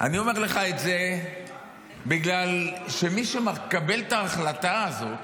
אני אומר לך את זה בגלל שמי שמקבל את ההחלטה הזאת